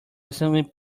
accidentally